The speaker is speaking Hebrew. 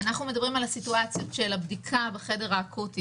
אנחנו מדברים על הסיטואציות של הבדיקה בחדר האקוטי